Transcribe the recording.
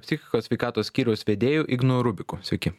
psichikos sveikatos skyriaus vedėju ignu rubiku sveiki